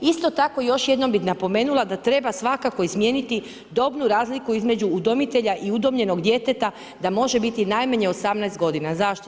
Isto tako, još jednom bi napomenula, da treba svakako izmijeniti dobnu razliku između udomitelja i udomljenog djeteta, da može biti najmanje 18 g. Zašto?